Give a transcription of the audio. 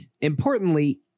importantly